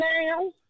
now